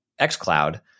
xcloud